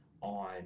on